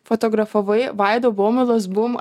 fotografavai vaido baumilos bum ajajai